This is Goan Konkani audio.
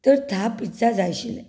तर धा पिझ्झा जाय आशिल्लें